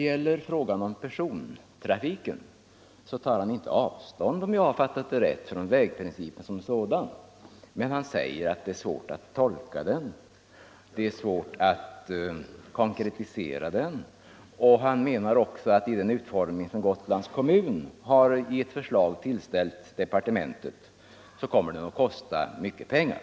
I fråga om persontrafiken tar han inte avstånd från vägprincipen som sådan, men han säger att det är svårt att tolka och konkretisera den. Han menar också att den utformning som Gotlands kommun föreslagit departementet kommer att kosta mycket pengar.